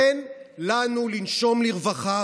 תן לנו לנשום לרווחה,